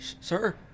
Sir